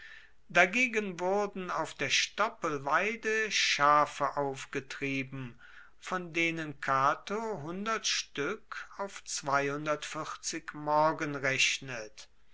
dagegen wurden auf die stoppelweide schafe aufgetrieben von denen cato stück auf morgen rechnet